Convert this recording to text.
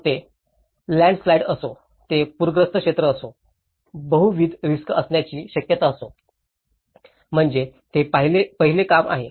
मग ते लँडस्लाइड असो ते पूरग्रस्त क्षेत्र असो बहुविध रिस्क असण्याची शक्यता असो म्हणजे ते पहिले काम आहे